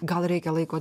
gal reikia laiko